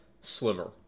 slimmer